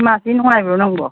ꯁꯤꯅꯦꯃꯥꯁꯤ ꯅꯨꯡꯉꯥꯏꯕ꯭ꯔꯣ ꯅꯪꯕꯣ